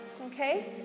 Okay